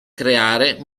creare